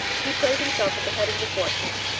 he placed himself at the head of the forces,